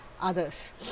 others